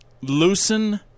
loosen